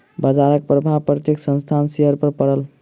बजारक प्रभाव प्रत्येक संस्थानक शेयर पर पड़ल